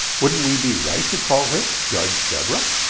wouldn't we be right to call her judge deborah?